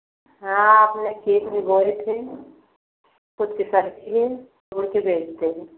हाँ अपने खेत में बोए थे उसकी सब्ज़ी है उसको बेचते हैं